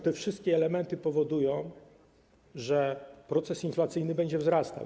Te wszystkie elementy powodują, że proces inflacyjny będzie trwał.